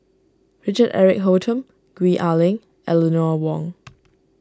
Richard Eric Holttum Gwee Ah Leng Eleanor Wong